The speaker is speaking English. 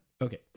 Okay